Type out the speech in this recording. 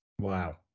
Wow